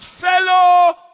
fellow